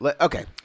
Okay